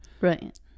Right